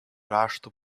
rašto